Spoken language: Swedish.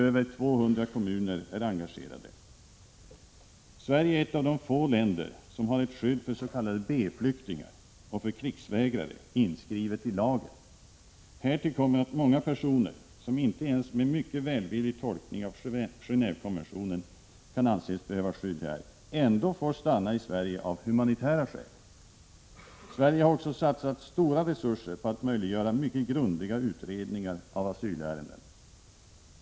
Över 200 kommuner i landet är engagerade. Sverige är ett av de få länder som har ett skydd inskrivet i lagen för s.k. B-flyktingar och för krigsflyktingar. Härtill kommer att många personer, som inte ens med en mycket välvillig tolkning av Gen&vekonventionen kan anses behöva skydd här, ändå får stanna i Sverige av humanitära skäl. Sverige har också satsat stora resurser på att möjliggöra mycket grundliga utredningar av asylärenden.